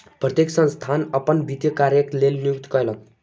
प्रत्येक संस्थान अपन वित्तीय कार्यक लेल नियुक्ति कयलक